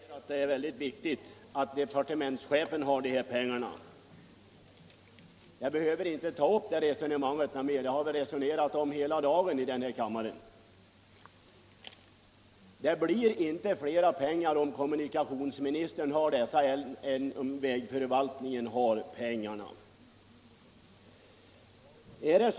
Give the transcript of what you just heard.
Herr talman! Herr Persson i Karlstad säger att det är väldigt viktigt att departementschefen har de här pengarna. Jag behöver väl inte ta upp det resonemanget mera. Vi har ju resonerat om det hela dagen här i kammaren. Det blir inte mera pengar om kommunikationsministern har pengarna än om vägförvaltningen har dem.